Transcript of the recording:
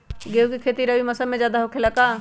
गेंहू के खेती रबी मौसम में ज्यादा होखेला का?